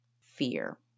fear